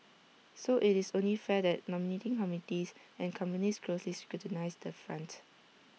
so IT is only fair that nominating committees and companies closely scrutinise that front